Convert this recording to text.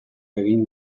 egin